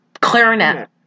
clarinet